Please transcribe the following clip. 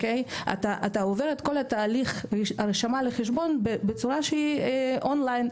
אתה עובר את כל תהליך ההרשמה לחשבון בצורה שהיא אונליין,